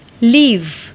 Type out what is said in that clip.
leave